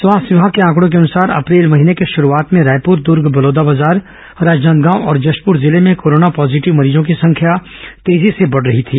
स्वास्थ्य विभाग के आंकडो के अनुसार अप्रैल महीने के शुरूआत में रायपुर दर्ग बलौदाबाजार राजनांदगांव और जशप्र जिले में कोरोना पॉजिटिव मरीजों की संख्या तेजी से बढ़ रही थी